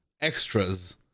extras